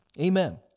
Amen